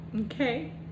Okay